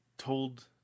Told